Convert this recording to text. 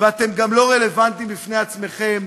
ואתם גם לא רלוונטיים בפני עצמכם,